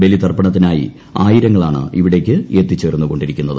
ബലിതർപ്പണത്തിനായി ആയിരങ്ങളാണ് ഇവിടേക്ക് എത്തിച്ചേർന്നുകൊണ്ടിരിക്കുന്നത്